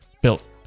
Built